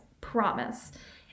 Promise